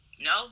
no